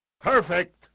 Perfect